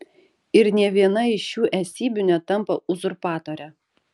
ir nė viena iš šių esybių netampa uzurpatore